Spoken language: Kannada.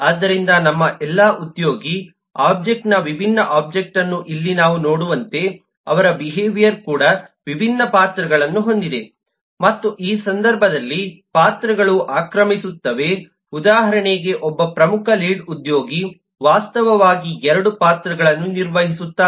ಆದ್ದರಿಂದ ನಮ್ಮ ಎಲ್ಲಾ ಉದ್ಯೋಗಿ ಒಬ್ಜೆಕ್ಟ್ನ ವಿಭಿನ್ನ ಒಬ್ಜೆಕ್ಟ್ ಅನ್ನು ಇಲ್ಲಿ ನಾವು ನೋಡುವಂತೆ ಅವರ ಬಿಹೇವಿಯರ್ ಕೂಡ ವಿಭಿನ್ನ ಪಾತ್ರಗಳನ್ನು ಹೊಂದಿದೆ ಮತ್ತು ಈ ಸಂದರ್ಭದಲ್ಲಿ ಪಾತ್ರಗಳು ಅತಿಕ್ರಮಿಸುತ್ತವೆ ಉದಾಹರಣೆಗೆ ಒಬ್ಬ ಪ್ರಮುಖ ಲೀಡ್ ಉದ್ಯೋಗಿ ವಾಸ್ತವವಾಗಿ 2 ಪಾತ್ರಗಳನ್ನು ನಿರ್ವಹಿಸುತ್ತಾನೆ